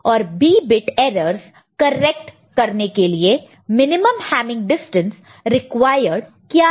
और b bit errors correct करने के लिए मिनिमम हैमिंग डिस्टेंस रिक्वायर्ड क्या है